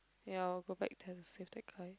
ya I'll go back then save the guy